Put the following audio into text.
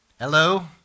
Hello